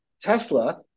Tesla